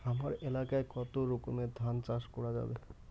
হামার এলাকায় কতো রকমের ধান চাষ করা যাবে?